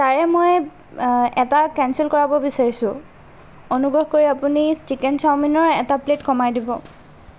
তাৰে মই এটা কেনচেল কৰাব বিচাৰিছোঁ অনুগ্ৰহ কৰি আপুনি চিকেন চাওমিনৰ এটা প্লেট কমাই দিব